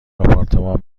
آپارتمان